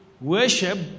worship